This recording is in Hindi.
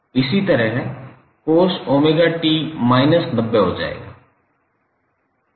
इसी तरह cos𝜔𝑡−90 हो जाएगा